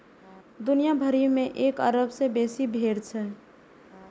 दुनिया भरि मे एक अरब सं बेसी भेड़ छै